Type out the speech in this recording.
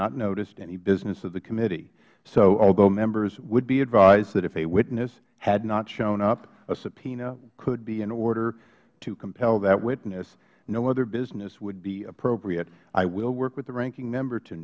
not noticed any business of the committee so although members would be advised that if a witness had not shown up a subpoena could be in order to compel that witness no other business would be appropriate i will work with the ranking member to